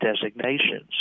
designations